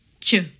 Ch